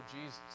Jesus